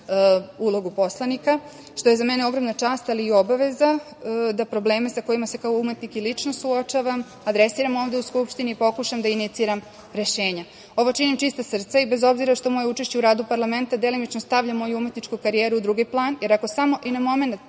ulogu poslanika, što je za mene ogromna čast, ali i obaveza da probleme sa kojima se kao umetnik i lično suočavam, adresiram ovde u Skupštini i pokušam da iniciram rešenja. Ovo činim čista srca i bez obzira što moje učešće u radu parlamenta delimično stavlja moju umetničku karijeru u drugi plan, jer ako samo i na momenat